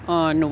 on